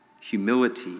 humility